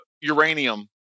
uranium